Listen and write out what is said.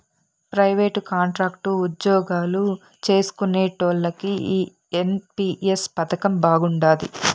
private, contract ఉజ్జోగాలు చేస్కునేటోల్లకి ఈ ఎన్.పి.ఎస్ పదకం బాగుండాది